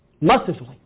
Massively